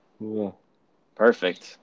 perfect